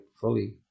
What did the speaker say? fully